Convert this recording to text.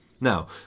Now